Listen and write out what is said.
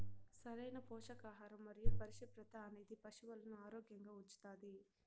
సరైన పోషకాహారం మరియు పరిశుభ్రత అనేది పశువులను ఆరోగ్యంగా ఉంచుతాది